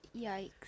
yikes